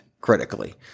critically